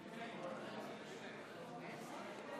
שלוש